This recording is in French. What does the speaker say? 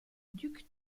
duc